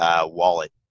wallet